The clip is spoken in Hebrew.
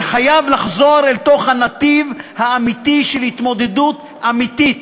זה חייב לחזור אל תוך הנתיב האמיתי של התמודדות אמיתית.